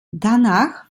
danach